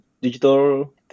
Digital